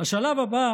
השלב הבא